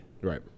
Right